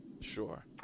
Sure